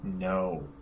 no